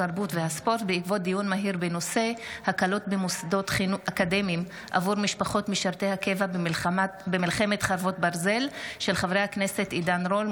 התרבות והספורט בעקבות דיון מהיר בהצעתם של חברי הכנסת עידן רול,